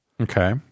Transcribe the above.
Okay